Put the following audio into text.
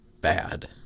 bad